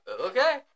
okay